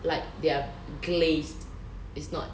like their glazed it's not